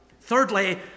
Thirdly